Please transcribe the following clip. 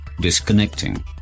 disconnecting